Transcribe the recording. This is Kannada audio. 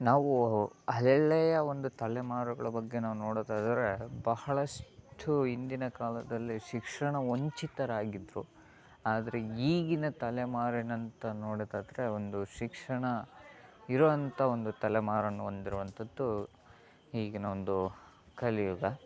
ನಾವು ಹಳೆಯ ಒಂದು ತಲೆಮಾರುಗಳ ಬಗ್ಗೆ ನಾವು ನೋಡೋದಾದರೆ ಬಹಳಷ್ಟು ಹಿಂದಿನ ಕಾಲದಲ್ಲಿ ಶಿಕ್ಷಣ ವಂಚಿತರಾಗಿದ್ದರು ಆದರೆ ಈಗಿನ ತಲೆಮಾರಿನಂತ ನೋಡೋದಾದರೆ ಒಂದು ಶಿಕ್ಷಣ ಇರುವಂಥ ಒಂದು ತಲೆಮಾರನ್ನು ಹೊಂದಿರುವಂಥದ್ದು ಈಗಿನ ಒಂದು ಕಲಿಯುಗ